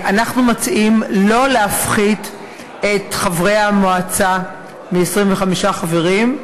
אנחנו מציעים לא להפחית את חברי המועצה מ-25 חברים,